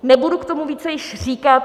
Nebudu k tomu více již říkat.